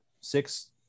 six